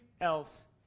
else